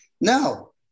No